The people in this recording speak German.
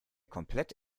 komplett